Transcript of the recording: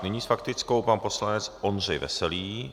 Nyní s faktickou pan poslanec Ondřej Veselý.